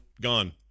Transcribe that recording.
Gone